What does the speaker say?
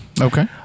Okay